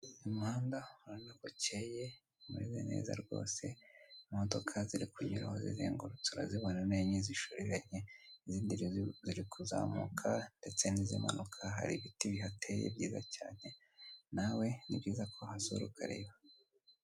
Uyu muhanda urabonako ukeye umerewe neza rwose imodoka zirikunyuraho zizengurutse urazibonako ni enye zishoreranye izindi nazo ziri kuzamuka ndetse n'izimanuka hari ibiti bihateye byiza cyane nawe nibyiza ko wahasura ukareba.